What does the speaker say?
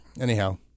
anyhow